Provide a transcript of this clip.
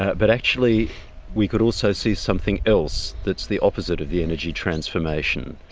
ah but actually we could also see something else that's the opposite of the energy transformation.